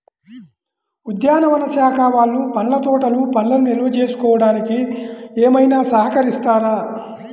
ఉద్యానవన శాఖ వాళ్ళు పండ్ల తోటలు పండ్లను నిల్వ చేసుకోవడానికి ఏమైనా సహకరిస్తారా?